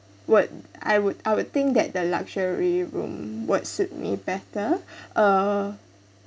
would I would I would think that the luxury room would suits me better uh